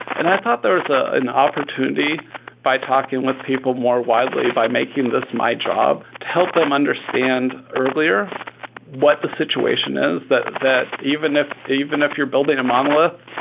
and i thought there's ah an opportunity by talking with people more widely by making this my job to help them understand earlier what the situation is, that that even if even if you're building a monolith,